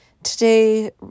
Today